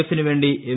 എഫിനു വേണ്ടി എം